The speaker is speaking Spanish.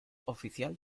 oficial